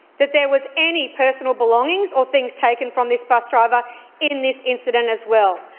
that there was any personal belongings or things taken from this bus driver in this incident as well,